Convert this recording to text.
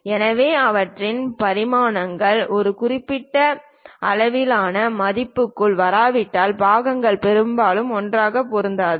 எனவே அவற்றின் பரிமாணங்கள் ஒரு குறிப்பிட்ட அளவிலான மதிப்புகளுக்குள் வராவிட்டால் பாகங்கள் பெரும்பாலும் ஒன்றாக பொருந்தாது